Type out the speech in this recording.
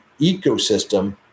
ecosystem